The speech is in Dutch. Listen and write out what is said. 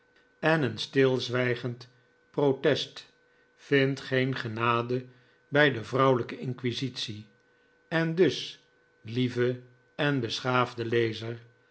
en een stilzwijgend protest vindt geen genade bij de vrouwelijke inquisitie en dus lieve en beschaafde lezer